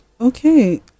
Okay